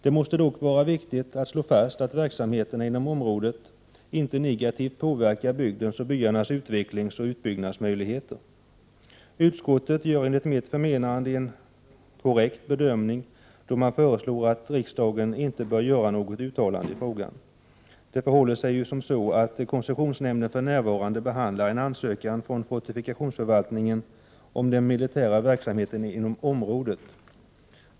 Det måste dock vara viktigt att slå fast att verksamheterna inom området inte negativt påverkar bygdens och byarnas utvecklingsoch utbyggnadsmöjligheter. Utskottet gör enligt mitt förmenande en korrekt bedömning då man anser att riksdagen inte bör göra något uttalande i frågan. Koncessionsnämnden behandlar nämligen för närvarande en ansökan från fortifikationsförvaltningen om den militära verksamheten inom området.